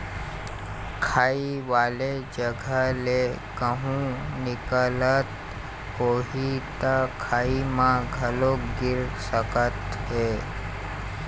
खाई वाले जघा ले कहूँ निकलत होही त खाई म घलोक गिर सकत हे